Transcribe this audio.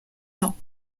temps